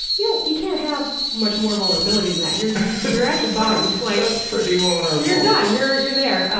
you know you can't have much more vulnerability than that. you're you're at the bottom. like that's pretty vulnerable. you're done. you're you're there.